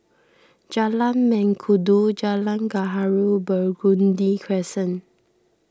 Jalan Mengkudu Jalan Gaharu and Burgundy Crescent